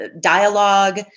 dialogue